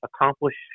accomplish